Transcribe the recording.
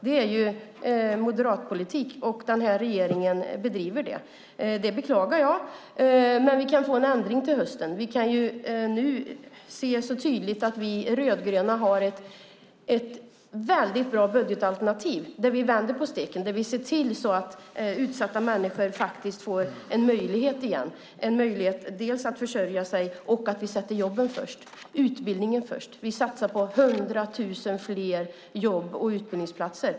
Det är moderatpolitik, och den här regeringen bedriver det. Det beklagar jag, men vi kan få en ändring till hösten. Vi kan nu tydligt se att vi rödgröna har ett väldigt bra budgetalternativ, där vi vänder på steken och ser till att utsatta människor faktiskt får en möjlighet att försörja sig igen, eftersom vi sätter jobb och utbildning först. Vi satsar på 100 000 fler jobb och utbildningsplatser.